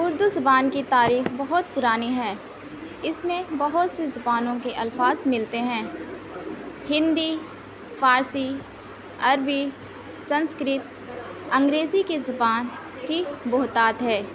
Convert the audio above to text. اُردو زبان کی تاریخ بہت پرانی ہے اِس میں بہت سی زبانوں کے الفاظ ملتے ہیں ہندی فارسی عربی سنسکرت انگریزی کے زبان کی بہتات ہے